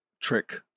trick